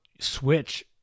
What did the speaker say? switch